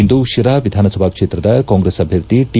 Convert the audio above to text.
ಇಂದು ಶಿರಾ ವಿಧಾನಸಭಾ ಕ್ಷೇತ್ರದ ಕಾಂಗ್ರೆಸ್ ಅಭ್ಯರ್ಥಿ ಟಿ